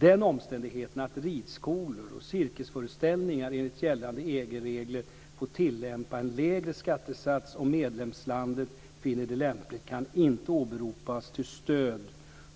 Den omständigheten att ridskolor och cirkusföreställningar enligt gällande EG-regler får tillämpa en lägre skattesats om medlemslandet finner det lämpligt kan inte åberopas till stöd